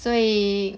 所以